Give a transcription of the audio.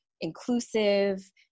inclusive